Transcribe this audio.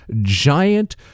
giant